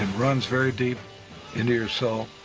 and runs very deep into your soul.